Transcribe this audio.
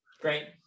great